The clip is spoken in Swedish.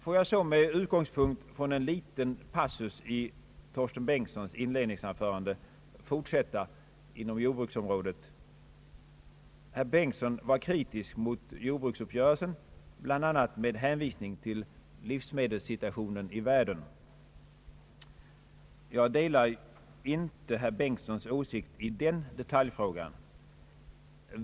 Låt mig så med utgångspunkt från en liten passus i herr Bengtsons inledningsanförande fortsätta inom jordbruksområdet. Herr Bengtson var kritisk mot jordbruksuppgörelsen, bl.a. med hänvisning till livsmedelssituationen i världen. Jag delar inte herr Bengtsons åsikt i den detaljfrågan.